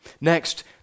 Next